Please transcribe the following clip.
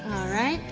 alright,